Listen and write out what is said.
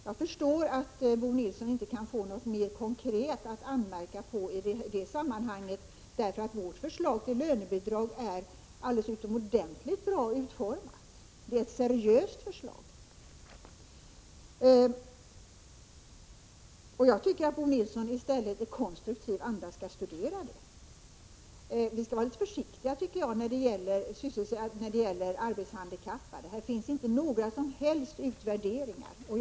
Jag förstår att Bo Nilsson inte kan få något mera konkret att anmärka på i detta sammanhang, därför att vårt förslag till lönebidrag är alldeles utomordentligt bra utformat. Det är ett seriöst förslag. Jag tycker att Bo Nilsson i stället i konstruktiv anda skall studera det. Vi skall vara litet försiktiga när det gäller arbetshandikappade. Det finns inga som helst utvärderingar.